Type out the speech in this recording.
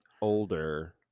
older